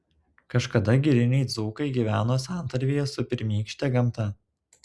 kažkada giriniai dzūkai gyveno santarvėje su pirmykšte gamta